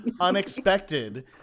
unexpected